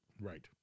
Right